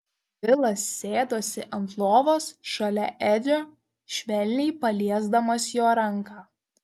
bilas sėdosi ant lovos šalia edžio švelniai paliesdamas jo ranką